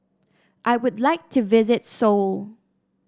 I would like to visit Seoul